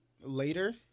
Later